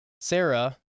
Sarah